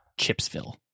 Chipsville